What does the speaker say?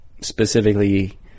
specifically